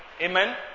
Amen